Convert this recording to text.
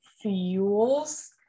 fuels